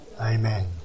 Amen